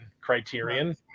Criterion